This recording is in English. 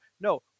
No